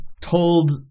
told